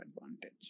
advantage